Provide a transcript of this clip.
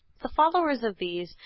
the followers of these,